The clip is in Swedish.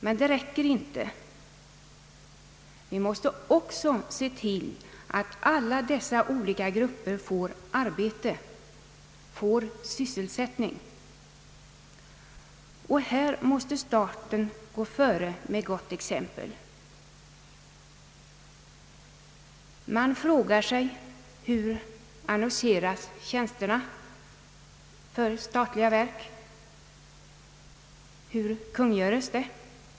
Men det räcker inte — vi måste också se till att alla dessa olika grupper får arbete, får sysselsättning. Här måste staten gå före med gott exempel. Man frågar sig: Hur utannonseras tjänster vid statliga verk?